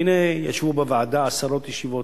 והנה, ישבו בוועדה עשרות ישיבות,